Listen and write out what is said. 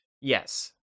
Yes